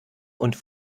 und